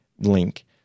link